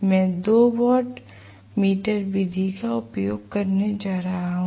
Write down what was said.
मैं 2 wattmeter विधि का उपयोग करने जा रहा हूं